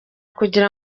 kugira